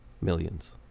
millions